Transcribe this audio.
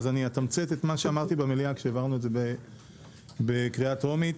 אז אני אתמצת את מה שאמרתי במליאה כשהעברנו את זה בקריאה טרומית.